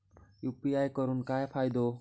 UPI करून काय फायदो?